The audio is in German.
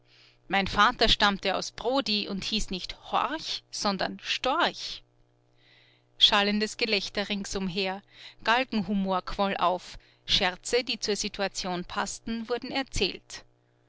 mein vater stammte aus brody und hieß nicht horch sondern storch schallendes gelächter ringsumher galgenhumor quoll auf scherze die zur situation paßten wurden erzählt